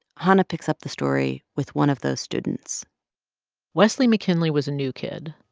hanna picks up the story with one of those students wesley mckinley was a new kid.